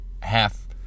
half